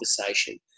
conversation